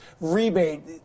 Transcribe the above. rebate